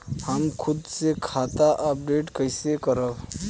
हम खुद से खाता अपडेट कइसे करब?